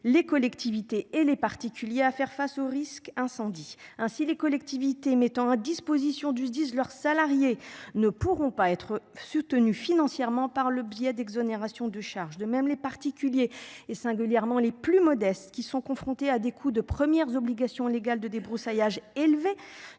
les collectivités et les particuliers à faire face au risque incendie ainsi les collectivités mettant à disposition du se disent leurs salariés ne pourront pas être soutenus financièrement par le biais d'exonérations de charges. De même, les particuliers, et singulièrement les plus modestes qui sont confrontés à des coûts de premières obligations légales de débroussaillage élevé